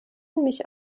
mich